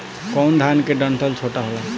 कौन धान के डंठल छोटा होला?